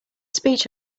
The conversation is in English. speech